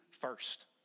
first